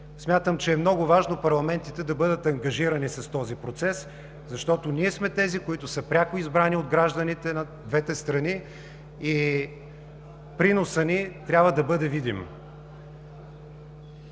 Смятам, че е много важно парламентите да бъдат ангажирани с този процес, защото ние сме тези, които са пряко избрани от гражданите на двете страни и приносът ни трябва да бъде видим.